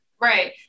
Right